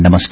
नमस्कार